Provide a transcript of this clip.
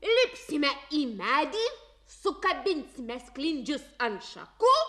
lipsime į medį sukabinsime sklindžius ant šakų